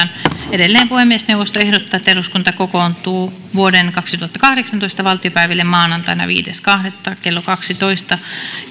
edelleen puhemiesneuvosto ehdottaa että eduskunta kokoontuu vuoden kaksituhattakahdeksantoista valtiopäiville maanantaina viides toista kaksituhattakahdeksantoista kello kaksitoista nolla nolla